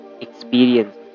experience